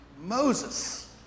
Moses